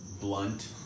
blunt